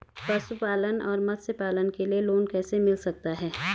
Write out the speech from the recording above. पशुपालन और मत्स्य पालन के लिए लोन कैसे मिल सकता है?